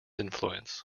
influence